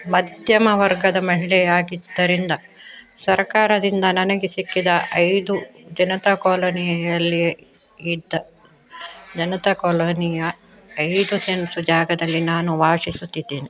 ಮಧ್ಯಮ ವರ್ಗದ ಮಹಿಳೆಯಾಗಿದ್ದರಿಂದ ಸರಕಾರದಿಂದ ನನಗೆ ಸಿಕ್ಕಿದ ಐದು ಜನತಾ ಕಾಲೋನಿಯಲ್ಲಿ ಇದ್ದ ಜನತಾ ಕಾಲೋನಿಯ ಐದು ಸೆನ್ಸ್ ಜಾಗದಲ್ಲಿ ನಾನು ವಾಸಿಸುತ್ತಿದ್ದೇನೆ